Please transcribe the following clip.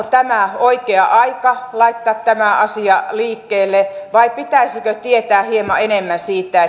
tämä oikea aika laittaa tämä asia liikkeelle vai pitäisikö tietää hieman enemmän siitä